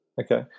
Okay